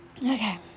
okay